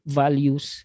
values